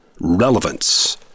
relevance